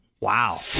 Wow